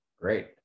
Great